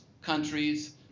countries